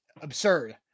absurd